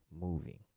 moving